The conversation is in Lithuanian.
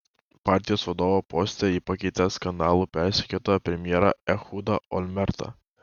partijos vadovo poste ji pakeitė skandalų persekiotą premjerą ehudą olmertą